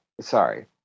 Sorry